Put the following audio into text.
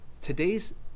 Today's